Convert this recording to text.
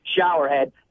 showerhead